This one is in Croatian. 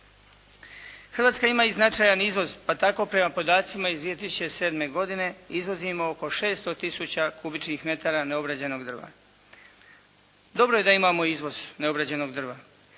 Hrvatska ima i značajan izvoz pa tako prema podacima iz 2007. godine izvozimo oko 600 tisuća kubičnih metara neobrađenog drva. Dobro je da imamo izvoz neobrađenog drva